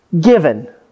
given